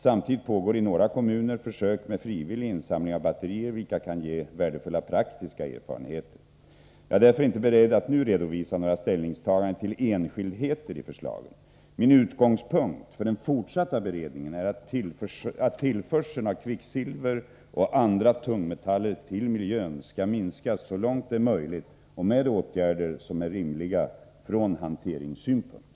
Samtidigt pågår i några kommuner försök med frivillig insamling av batterier, vilka kan ge värdefulla praktiska erfarenheter. Jag är därför inte beredd att nu redovisa några ställningstaganden till enskildheter i förslagen. Min utgångspunkt för den fortsatta beredningen är att tillförseln av kvicksilver och andra tungmetaller till miljön skall minskas så långt det är möjligt och med åtgärder som är rimliga från hanteringssynpunkt.